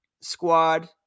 squad